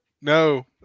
No